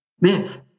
myth